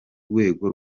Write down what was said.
rwego